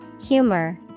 Humor